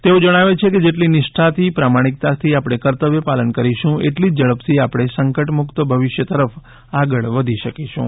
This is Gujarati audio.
તેઓ જણાવે છે કે જેટલી નિષ્ઠાથી પ્રામાણીકતાથી આપણે કર્તવ્યપાલન કરીશું એટલી જ ઝડપથી આપણે સંકટમુક્ત ભવિષ્ય તરફ આગળ વધી શકીશું